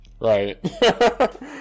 Right